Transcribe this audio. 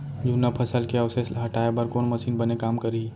जुन्ना फसल के अवशेष ला हटाए बर कोन मशीन बने काम करही?